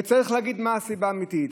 צריך להגיד מה הסיבה האמיתית.